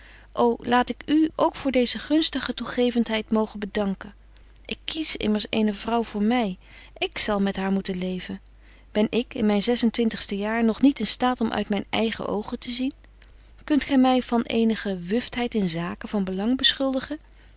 ô laat ik u ook voor deeze gunstige toegeventheid mogen bedanken ik kies immers eene vrouw voor my ik zal met haar moeten leven ben ik in myn zes-en-twintigste jaar nog niet in staat om uit myn eigen oogen te zien kunt gy my van eebetje wolff en aagje deken historie van mejuffrouw sara burgerhart nige wuftheid in zaken van belang beschuldigen